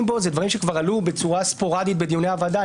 בו זה דברים שכבר עלו בצורה ספורדית בדיוני הוועדה.